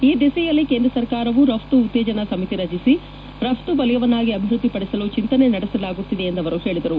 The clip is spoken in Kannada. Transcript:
ಈ ದಿಸೆಯಲ್ಲಿ ಕೇಂದ್ರ ಸರ್ಕಾರವು ರಫ್ತು ಉತ್ತೇಜನ ಸಮಿತಿಯನ್ನು ರಚಿಸಿ ರಫ್ತುವಲಯವನ್ನಾಗಿ ಅಭಿವೃದ್ಧಿ ಪಡಿಸಲು ಚಿಂತನೆ ನಡೆಸಲಾಗುತ್ತಿದೆ ಎಂದು ಅವರು ಹೇಳಿದರು